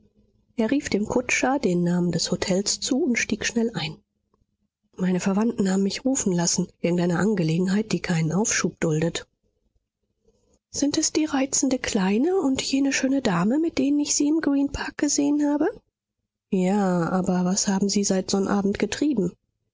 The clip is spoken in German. er rief dem kutscher den namen des hotels zu und stieg schnell ein meine verwandten haben mich rufen lassen irgendeine angelegenheit die keinen aufschub duldet sind es die reizende kleine und jene schöne dame mit denen ich sie im greenpark gesehen habe ja aber was haben sie seit sonnabend getrieben